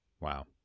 Wow